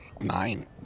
nine